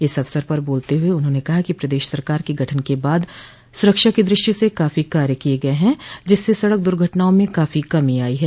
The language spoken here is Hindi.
इस अवसर पर बोलते हुए उन्होंने कहा कि प्रदेश सरकार के गठन के बाद सुरक्षा की दृष्टि से काफी कार्य किये गये हैं जिससे सड़क दुर्घटनाओं में काफी कमी आई है